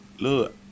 Look